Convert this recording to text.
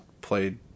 played